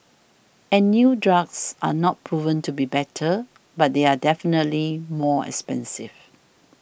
and new drugs are not proven to be better but they are definitely more expensive